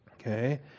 okay